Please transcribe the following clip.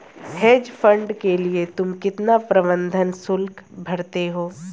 Hedge fund के लिए तुम कितना प्रबंधन शुल्क भरते हो?